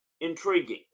intriguing